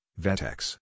VETEX